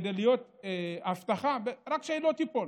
כדי להיות הבטחה לכך שרק שהיא לא תיפול,